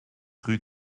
rue